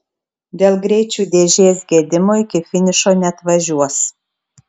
dėl greičių dėžės gedimo iki finišo neatvažiuos